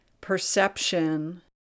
perception